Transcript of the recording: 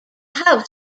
house